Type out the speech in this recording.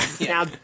Now